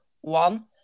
one